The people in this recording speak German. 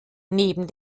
neben